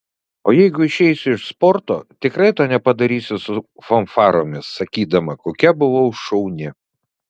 o jeigu išeisiu iš sporto tikrai to nepadarysiu su fanfaromis sakydama kokia buvau šauni